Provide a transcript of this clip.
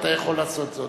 אתה יכול לעשות את זה,